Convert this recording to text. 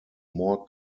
more